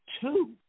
Two